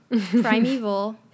Primeval